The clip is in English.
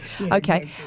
Okay